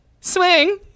swing